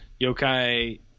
Yokai